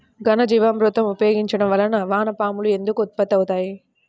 ఘనజీవామృతం ఉపయోగించటం వలన వాన పాములు ఎందుకు ఉత్పత్తి అవుతాయి?